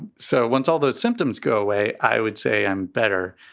so once all those symptoms go away, i would say i'm better.